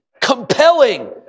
compelling